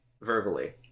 verbally